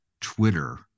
Twitter